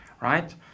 right